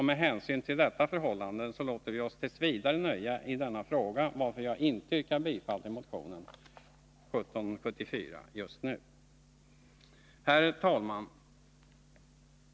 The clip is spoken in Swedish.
Med hänsyn till detta förhållande låter vi oss t. v. nöja i denna fråga, varför jag inte nu yrkar bifall till motionen 1774. Herr talman!